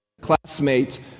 classmate